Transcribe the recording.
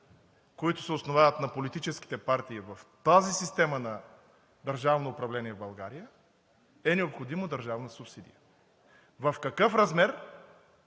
които се основават на политическите партии в тази система на държавно управление в България, е необходима държавна субсидия – в какъв размер